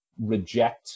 reject